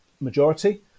majority